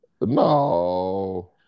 No